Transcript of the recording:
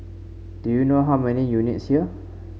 do you know how many units here